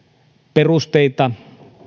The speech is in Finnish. perusteita